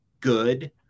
good